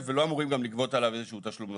ולא אמורים גם לגבות עליו איזשהו תשלום נוסף,